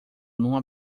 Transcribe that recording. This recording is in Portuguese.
numa